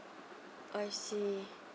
I see